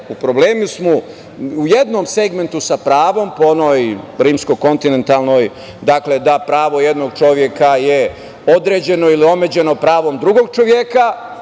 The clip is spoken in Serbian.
U problemu smo u jednom segmentu sa pravom po onoj rimsko-kontinentalnoj, dakle, da pravo jednog čoveka je određeno ili omeđeno pravom drugog čoveka